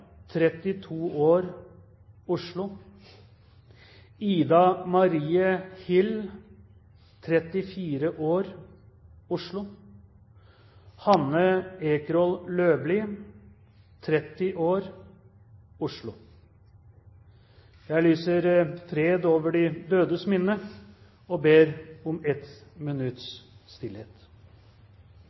32 år, Oslo Ida Marie Hill, 34 år, Oslo Hanne Ekroll Løvlie, 30 år, Oslo Jeg lyser fred over de dødes minne og ber om ett minutts stillhet.